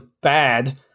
bad